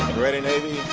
ready navy